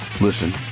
listen